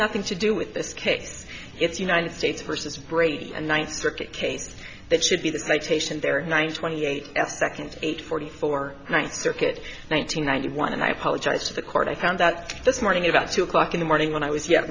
nothing to do with this case it's united states versus brady and ninth circuit case that should be the citation there one twenty eight s second eight forty four ninth circuit nine hundred ninety one and i apologize to the court i found that this morning about two o'clock in the morning when i was yet